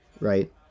right